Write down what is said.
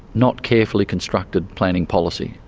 not carefully-constructed planning policy,